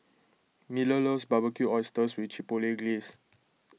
Miller loves Barbecued Oysters with Chipotle Glaze